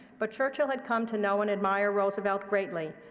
but churchill had come to know and admire roosevelt greatly,